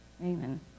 Amen